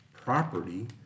property